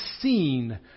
seen